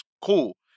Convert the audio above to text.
cool